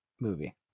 movie